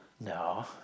No